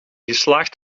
geslaagd